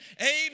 amen